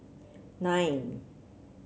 nine